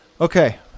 Okay